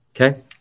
okay